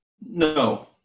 No